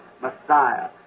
Messiah